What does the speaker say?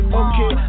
okay